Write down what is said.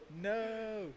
no